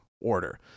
order